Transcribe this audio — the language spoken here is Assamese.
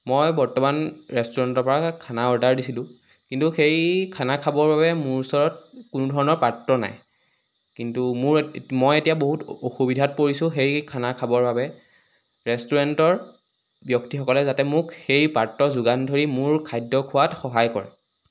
মই বৰ্তমান ৰেষ্টুৰেণ্টৰপৰা খানা অৰ্ডাৰ দিছিলোঁ কিন্তু সেই খানা খাবৰ বাবে মোৰ ওচৰত কোনো ধৰণৰ পাত্ৰ নাই কিন্তু মোৰ মই এতিয়া বহুত অসুবিধাত পৰিছোঁ সেই খানা খাবৰ বাবে ৰেষ্টুৰেণ্টৰ ব্যক্তিসকলে যাতে মোক সেই পাত্ৰ যোগান ধৰি মোৰ খাদ্য খোৱাত সহায় কৰে